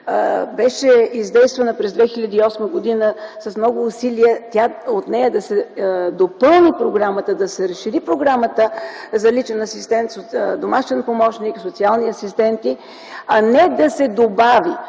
беше издействана през 2008 г. с много усилия – да се допълни програмата, да се разшири програмата за личен асистент с домашен помощник, социални асистенти, а не да се добави.